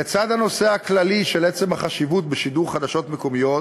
לצד הנושא הכללי של עצם החשיבות של שידור חדשות מקומיות,